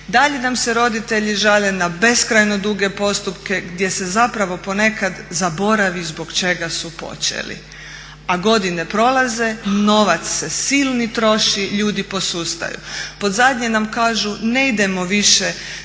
Dalje nam se roditelji žale za beskrajno duge postupke gdje se zapravo po nekad zaboravi zbog čega su počeli, a godine prolaze, novac se silni troši, ljudi posustaju. Pod zadnje nam kažu ne idemo više,